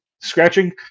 scratching